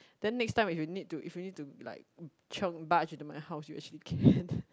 then next time if you need to if you need to like chiong barge into my house you actually can